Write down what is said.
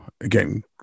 again